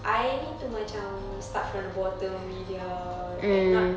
I need to macam start from the bottom media and not